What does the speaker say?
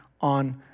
on